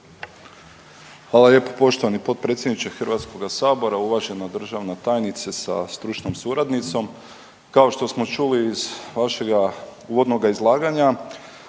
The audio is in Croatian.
Hvala lijepo poštovani potpredsjedniče HS, uvažena državna tajnice sa stručnom suradnicom. Kao što smo čuli iz vašega uvodnoga izlaganja